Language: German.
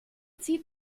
zieht